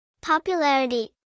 Popularity